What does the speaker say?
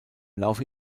laufe